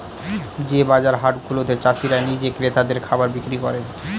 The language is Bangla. যে বাজার হাট গুলাতে চাষীরা নিজে ক্রেতাদের খাবার বিক্রি করে